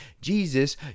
Jesus